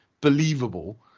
believable